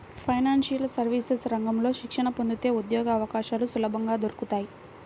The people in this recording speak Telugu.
ఫైనాన్షియల్ సర్వీసెస్ రంగంలో శిక్షణ పొందితే ఉద్యోగవకాశాలు సులభంగా దొరుకుతాయి